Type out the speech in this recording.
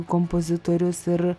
kompozitorius ir